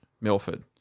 Milford